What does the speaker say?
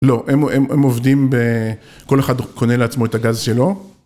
‫לא, הם עובדים ב... ‫כל אחד קונה לעצמו את הגז שלו?